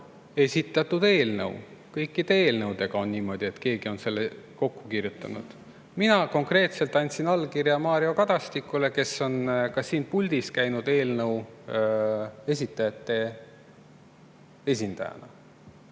esitatud eelnõu. Kõikide eelnõudega on niimoodi, et keegi on selle kokku kirjutanud. Mina konkreetselt andsin allkirja Mario Kadastikule, kes on ka siin puldis käinud eelnõu esitajate esindajana.